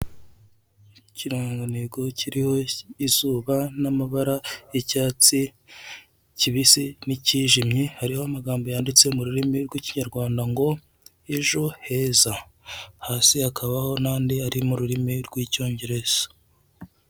Ikirangantego kiriho izuba n'amabara y'icyatsi kibisi n'ikijimye, hariho amagambo yanditse mu rurimi rw'ikinyarwanda ngo ejo heza. Hasi hakabaho n'andi ari mu rurimi rw'icyongereza.